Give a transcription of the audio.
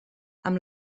amb